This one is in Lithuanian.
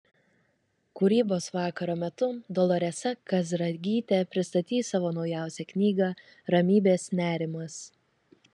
kūrybos vakaro metu doloresa kazragytė pristatys savo naujausią knygą ramybės nerimas